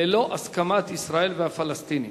ללא הסכמת ישראל והפלסטינים.